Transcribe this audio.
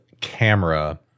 camera